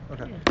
okay